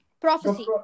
Prophecy